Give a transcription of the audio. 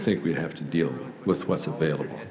think we have to deal with what's available